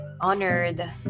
honored